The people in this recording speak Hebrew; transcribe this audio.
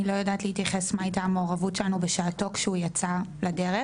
אני לא יודעת להתייחס מה היתה המעורבות שלנו בשעתו כשהוא יצא לדרך.